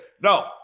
No